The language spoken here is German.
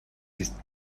ist